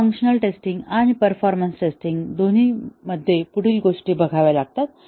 तर functional testing आणि performance testing दोन्ही मध्ये पुढील गोष्टी बघाव्या लागतात